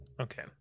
Okay